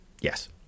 Yes